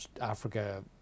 africa